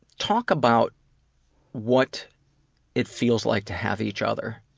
talk about what it feels like to have each other.